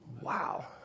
wow